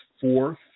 fourth